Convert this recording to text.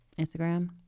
Instagram